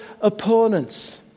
opponents